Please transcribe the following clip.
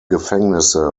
gefängnisse